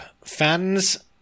fans